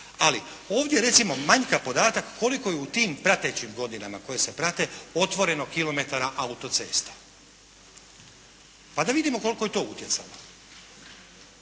Ali, ovdje recimo manjka podatak koliko je u tim pratećim godinama koje se prate otvoreno kilometara autocesta. Pa da vidimo koliko je to utjecalo.